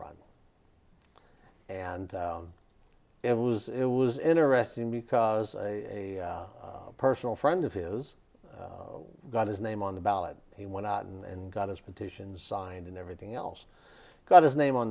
run and it was it was interesting because a personal friend of his got his name on the ballot he went out and got his petitions signed and everything else got his name on